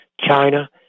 China